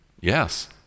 Yes